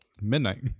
midnight